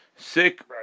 sick